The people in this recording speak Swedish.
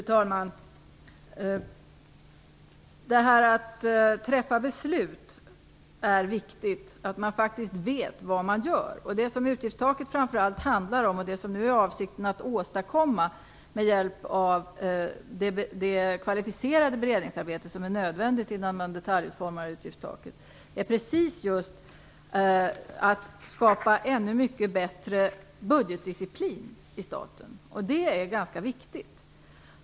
Fru talman! Att fatta beslut och faktiskt veta vad man gör är viktigt. Det som vi har för avsikt att åstadkomma med hjälp av det kvalificerade beredningsarbete som krävs innan man detaljutformar utgiftstaket är att skapa ännu mycket bättre budgetdisciplin i staten. Det är ganska viktigt.